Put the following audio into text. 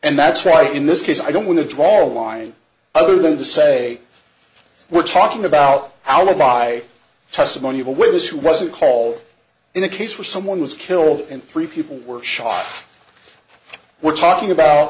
and that's right in this case i don't want to draw a line other than to say we're talking about our by testimony of a witness who wasn't called in a case where someone was killed and three people were shot we're talking about